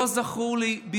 לא זכורים לי ביטויים מסוג זה.